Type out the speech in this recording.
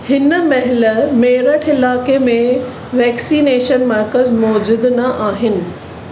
हिन महिल मेरठ इलाइक़े में वेक्सिनेशन मर्कज़ मौजूदु न आहिनि